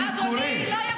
אני קורא --- אדוני,